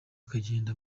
akagenda